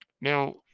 Now